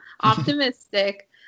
optimistic